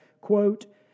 quote